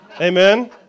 Amen